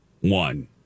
one